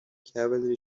cavalry